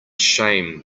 shame